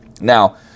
Now